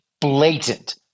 blatant